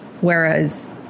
whereas